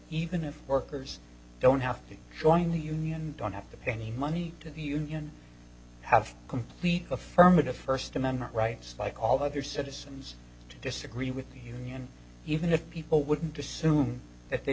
even if workers don't have to join a union don't have to pay any money to the union have complete affirmative first amendment rights like all other citizens to disagree with the union even if people wouldn't assume if they